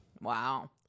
Wow